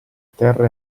terra